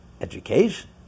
education